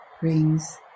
brings